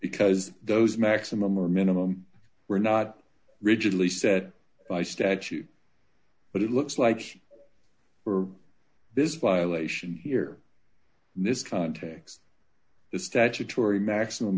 because those maximum or minimum were not rigidly set by statute but it looks like for this violation here in this context the statutory maximum